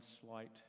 slight